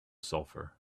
sulfur